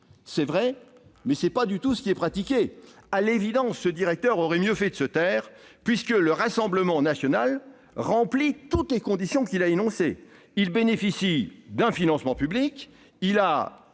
C'est vrai, mais ce n'est pas du tout ce qui est pratiqué. À l'évidence, ce directeur aurait mieux fait de se taire, puisque le Rassemblement national remplit toutes les conditions énoncées : il bénéficie d'un financement public, il a